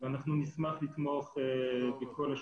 יש דברים שאנחנו צריכים לשנות ביחד ולעשות